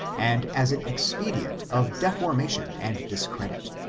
and as an expedient of de formation and discredit.